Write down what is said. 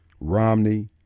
Romney